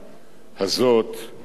בתפקיד השר להגנת העורף,